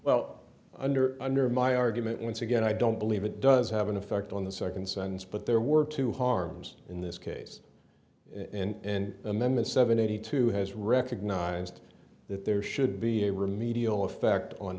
well under under my argument once again i don't believe it does have an effect on the second sentence but there were two harms in this case and amendment seventy two has recognized that there should be a remedial effect on